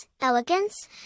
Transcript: elegance